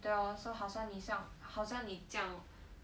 对咯 so 好像你这样好像你这样